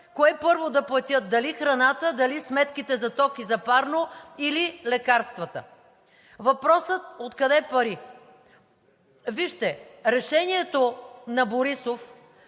кое първо да платят – дали храната, дали сметките за ток и за парно или лекарствата. Въпросът откъде пари? Вижте, решението на Борисов